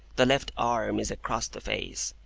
the left arm is across the face,